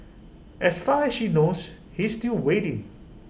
as far as she knows he's still waiting